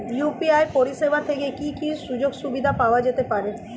UPI পরিষেবা থেকে কি কি সুযোগ সুবিধা পাওয়া যেতে পারে?